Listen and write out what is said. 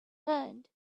learned